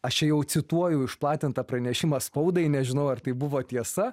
aš čia jau cituoju išplatintą pranešimą spaudai nežinau ar tai buvo tiesa